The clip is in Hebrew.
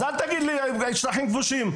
אז אל תגיד לי שטחים כבושים.